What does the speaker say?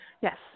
Yes